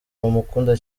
bamukunda